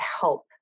help